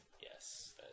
Yes